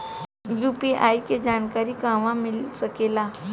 UPI के जानकारी कहवा मिल सकेले?